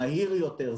מהיר יותר,